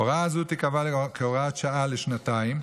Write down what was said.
הוראה זו תיקבע כהוראת שעה לשנתיים,